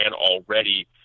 already